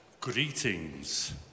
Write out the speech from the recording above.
Greetings